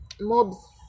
MOBS